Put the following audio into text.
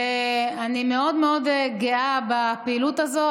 ואני מאוד מאוד גאה בפעילות הזו.